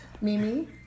Mimi